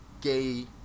gay